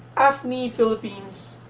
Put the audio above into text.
afni philippines,